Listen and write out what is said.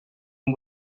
amb